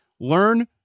learn